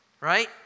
right